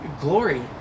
Glory